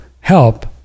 help